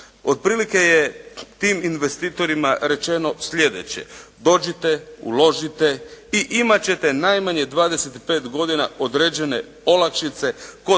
Od prilike je tim investitorima rečeno sljedeće, dođite uložite i imat ćete najmanje 25 godina određene olakšice kod